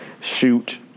shoot